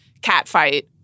catfight